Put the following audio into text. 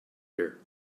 here